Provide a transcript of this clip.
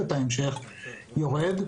בנכס אז גם האינטרס שלה להשקיע פוחת.